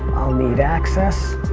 i'll need access